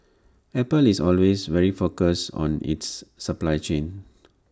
apple is always very focused on its supply chain